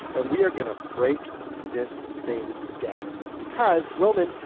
and we are going to break this thing down. because, roman,